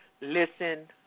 listen